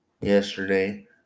yesterday